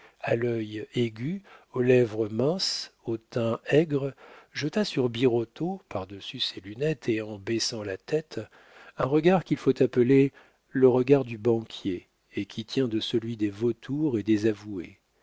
à l'œil aigu aux lèvres minces au teint aigre jeta sur birotteau par-dessus ses lunettes et en baissant la tête un regard qu'il faut appeler le regard du banquier et qui tient de celui des vautours et